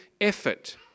effort